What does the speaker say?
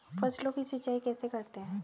फसलों की सिंचाई कैसे करते हैं?